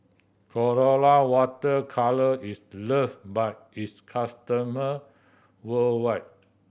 Colora Water Colour is loved by its customer worldwide